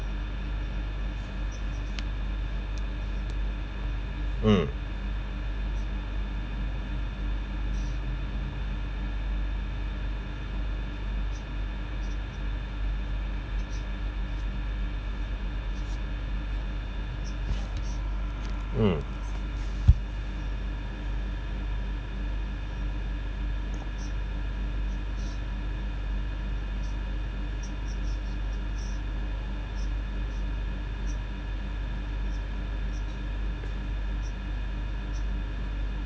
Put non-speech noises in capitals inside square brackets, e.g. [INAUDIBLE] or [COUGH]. mm mm [BREATH]